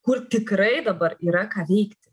kur tikrai dabar yra ką veikti